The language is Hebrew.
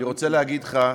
אני רוצה להגיד לך,